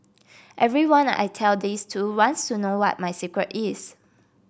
everyone I tell this to wants to know what my secret is